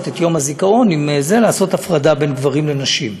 ביום הזיכרון הפרדה בין גברים לנשים,